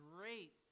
great